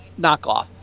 knockoff